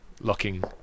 locking